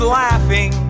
laughing